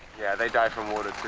yeah, they die from water